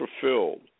fulfilled